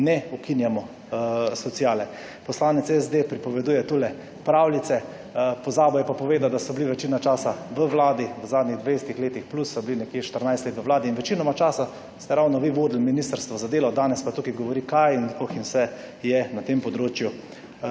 Ne ukinjamo sociale. Poslanec SD pripoveduje tukaj pravljice, pozabil je pa povedati, da so bili večina časa v Vladi, v zadnjih dvajsetih letih plus so bili nekje štirinajst let v Vladi in večinoma časa ste ravno vi vodili ministrstvo za delo, danes pa tukaj govori kaj in oh in vse je na tem področju